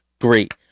great